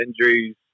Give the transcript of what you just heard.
injuries